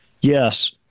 yes